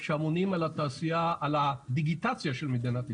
שאמונים על הדיגיטציה של מדינת ישראל.